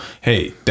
hey